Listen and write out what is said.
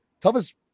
toughest